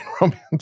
romance